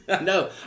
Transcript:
No